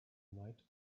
night